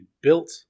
built